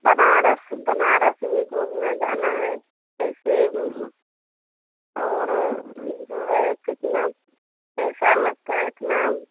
बनारस बनारस भी घूमने जाना है कैसे और जो है कितना पैसा लगता है इतना